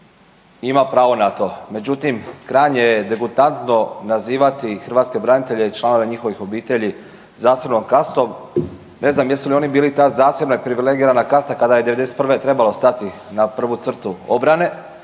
Ima pravo na to. Međutim, krajnje je degutantno nazivati hrvatske branitelje i članove njihovih obitelji zasebnom kastom. Ne znam jesu li oni bili ta zasebna privilegirana kasta kada je '91. trebalo stati na prvu crtu obrane?